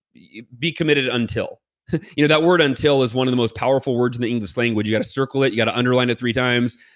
be committed until you know that word until is one of the most powerful words in the english language. you got to circle it, you got to underline it three times.